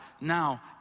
now